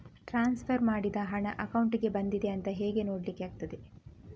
Transfer ಮಾಡಿದ ಹಣ ಅಕೌಂಟಿಗೆ ಬಂದಿದೆ ಅಂತ ಹೇಗೆ ನೋಡ್ಲಿಕ್ಕೆ ಆಗ್ತದೆ?